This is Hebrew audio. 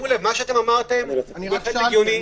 מה שאמרתם, בהחלט הגיוני.